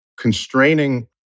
constraining